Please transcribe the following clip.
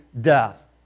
death